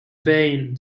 vain